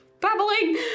babbling